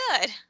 good